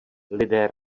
lidé